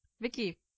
Vicky